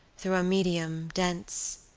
through a medium, dense,